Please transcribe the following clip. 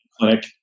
clinic